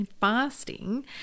fasting